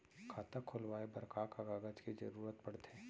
खाता खोलवाये बर का का कागज के जरूरत पड़थे?